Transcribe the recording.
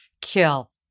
kill